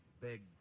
big